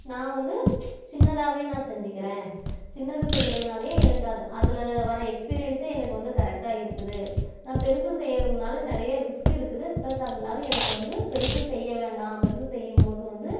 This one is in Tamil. நான் வந்து சின்னதாக நான் செஞ்சிக்கிறேன் சின்னது செய்கிறதுனாலே எனக்கு அது அதில் வர எக்ஸ்பீரியன்ஸ் எனக்கு வந்து கரெக்டாக இருக்குது நான் பெருசு செய்கிறதுனால நிறைய ரிஸ்க்கு இருக்குது ப்ளஸ் அது இல்லாத எனக்கு வந்து பெருசு செய்ய வேண்டாம் பெருசு செய்யும் போது வந்து